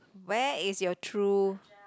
where is your true